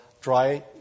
dry